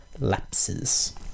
lapses